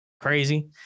crazy